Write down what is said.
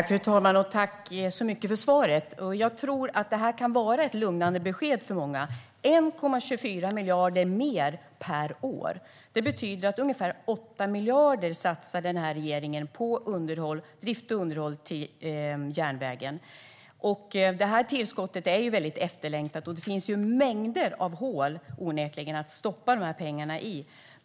Fru talman! Tack så mycket, statsrådet, för svaret! Jag tror att det här kan vara ett lugnande besked för många - 1,24 miljarder mer per år betyder att den här regeringen satsar ungefär 8 miljarder på drift och underhåll av järnvägen. Det här tillskottet är väldigt efterlängtat, och det finns onekligen mängder av hål att stoppa pengarna i.